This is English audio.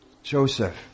Joseph